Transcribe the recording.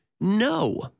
no